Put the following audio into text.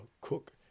Cook